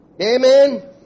Amen